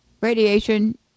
radiation